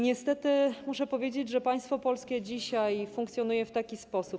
Niestety muszę powiedzieć, że państwo polskie dzisiaj funkcjonuje w taki sposób.